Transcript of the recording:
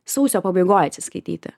sausio pabaigoj atsiskaityti